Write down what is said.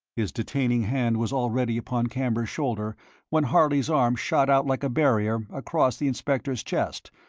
his detaining hand was already upon camber's shoulder when harley's arm shot out like a barrier across the inspector's chest,